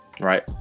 right